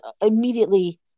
immediately